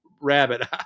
rabbit